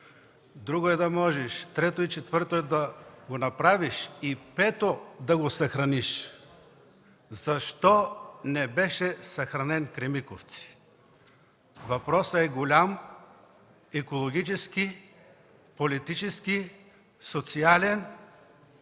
друго е да можеш, трето и четвърто е да го направиш и пето – да го съхраниш. Защо не беше съхранен „Кремиковци”? Въпросът е голям – екологически, политически, социален,